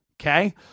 Okay